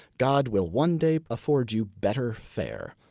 god will one day afford you better fare.